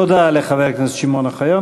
תודה לחבר הכנסת שמעון אוחיון.